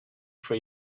for